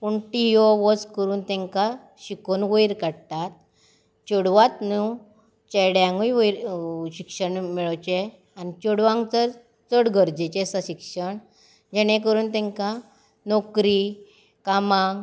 पूण ती यो वच करून तांकां शिकोवन वयर काडटात चेडवाच न्हय चेड्यांकूय वयर शिक्षण मेळचें आनी चेडवांक तर चड गरजेचें आसा शिक्षण जेणे करून तांकां नोकरी कामांक